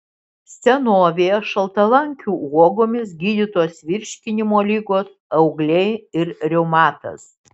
senovėje šaltalankių uogomis gydytos virškinimo ligos augliai ir reumatas